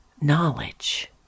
knowledge